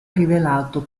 rivelato